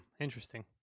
interesting